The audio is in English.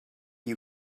you